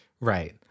right